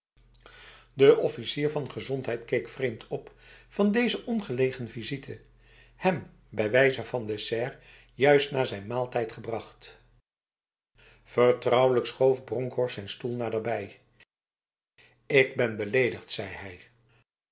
de officier van gezondheid keek vreemd op van deze ongelegen visite hem bij wijze van dessert juist na zijn maaltijd gebracht vertrouwelijk schoof bronkhorst zijn stoel naderbijl ik ben beledigd zei hij